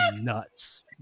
nuts